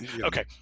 okay